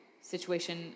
situation